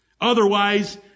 Otherwise